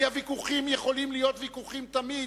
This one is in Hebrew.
כי ויכוחים יכולים להיות תמיד,